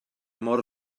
mor